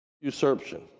usurpation